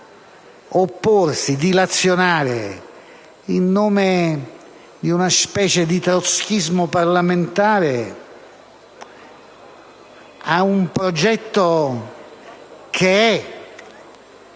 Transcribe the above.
opporsi e dilazionare, in nome di una specie di trotzkismo parlamentare, un progetto che è